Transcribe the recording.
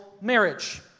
marriage